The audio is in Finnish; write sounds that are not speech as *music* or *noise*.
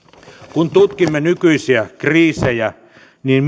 kun tutkimme nykyisiä kriisejä niin *unintelligible*